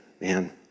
man